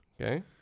Okay